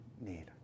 need